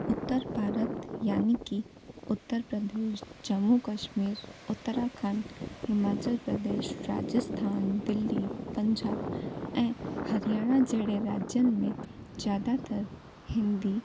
उत्तर भारत यानी की उत्तर प्रदेश जम्मू कश्मीर उत्तराखंड हिमाचल प्रदेश राजस्थान दिल्ली पंजाब ऐं हरियाणा जहिड़े राज्यनि में ज़्यादातर हिंदी